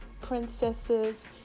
princesses